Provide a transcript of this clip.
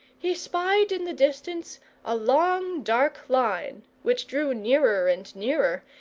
he spied in the distance a long dark line which drew nearer and nearer,